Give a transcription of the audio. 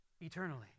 eternally